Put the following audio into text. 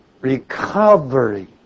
recovery